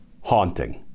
haunting